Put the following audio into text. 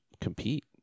compete